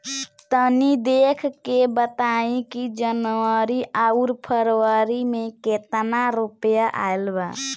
तनी देख के बताई कि जौनरी आउर फेबुयारी में कातना रुपिया आएल बा?